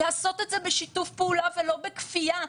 לעשות את זה בשיתוף פעולה ולא בכפייה.